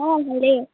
অঁ ভালেই